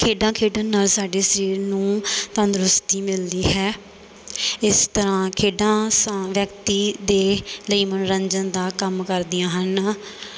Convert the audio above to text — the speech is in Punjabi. ਖੇਡਾਂ ਖੇਡਣ ਨਾਲ ਸਾਡੇ ਸਰੀਰ ਨੂੰ ਤੰਦਰੁਸਤੀ ਮਿਲਦੀ ਹੈ ਇਸ ਤਰ੍ਹਾਂ ਖੇਡਾਂ ਸਮ ਵਿਅਕਤੀ ਦੇ ਲਈ ਮਨੋਰੰਜਨ ਦਾ ਕੰਮ ਕਰਦੀਆਂ ਹਨ